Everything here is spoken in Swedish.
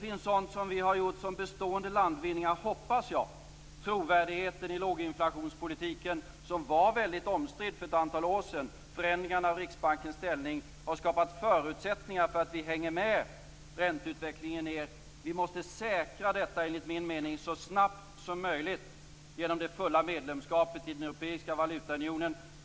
Vi har gjort bestående landvinningar, hoppas jag. Trovärdigheten i låginflationspolitiken, som var väldigt omstridd för ett antal år sedan, och förändringarna i Riksbankens ställning har skapat förutsättningar för att hänga med. Räntorna har gått ned. Vi måste säkra detta, enligt min mening, så snabbt som möjligt genom det fulla medlemskapet i den europeiska valutaunionen.